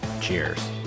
Cheers